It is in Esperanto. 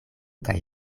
kaj